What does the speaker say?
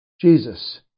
Jesus